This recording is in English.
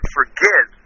forget